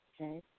okay